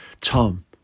Tom